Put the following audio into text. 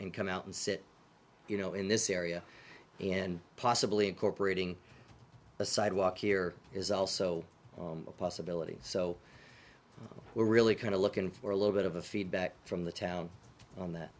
and come out and sit you know in this area and possibly incorporating a sidewalk here is also a possibility so we're really kind of looking for a little bit of a feedback from the town on that